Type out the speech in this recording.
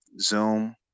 zoom